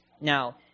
Now